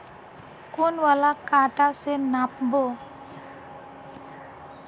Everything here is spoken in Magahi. कौन वाला कटा से नाप बो?